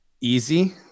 easy